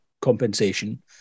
compensation